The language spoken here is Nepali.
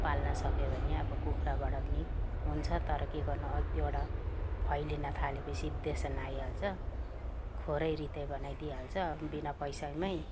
पाल्न सक्यो भने अब कुखुराबाट पनि हुन्छ तर के गर्नु एक दुइवटा फैलिन थाले पछि देसन आइहाल्छ खोरै रित्तै बनाइदिहाल्छ बिना पैसैमै